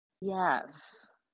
yes